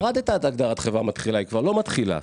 הורדת את הגדרת חברה מתחילה היא כבר לא מתחילה,